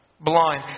blind